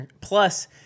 plus